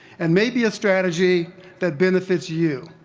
and may be a strategy that benefits you.